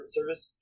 Service